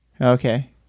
Okay